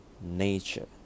nature